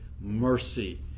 mercy